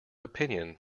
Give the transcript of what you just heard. opinion